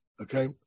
okay